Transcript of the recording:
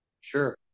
Sure